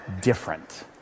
different